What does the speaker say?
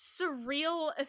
surreal